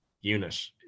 unit